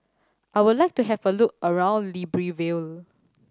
I would like to have a look around Libreville